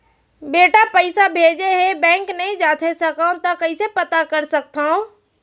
बेटा पइसा भेजे हे, बैंक नई जाथे सकंव त कइसे पता कर सकथव?